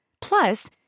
Plus